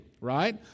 right